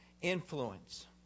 influence